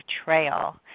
betrayal